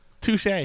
Touche